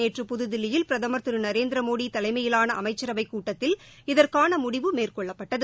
நேற்று புதுதில்லியில் பிரதமர் திரு நரேந்திர மோடி தலைமையிலான அமைச்சரவைக் கூட்டத்தில் இதற்கான முடிவு மேற்கொள்ளப்பட்டது